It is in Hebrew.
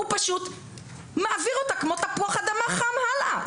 הוא מעביר אותה כמו תפוח אדמה חם הלאה.